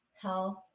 health